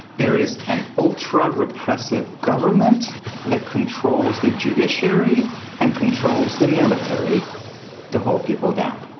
there is and ultra-repressive government that controls the judiciary and controls the military to pull people down.